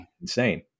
insane